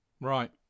right